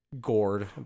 gourd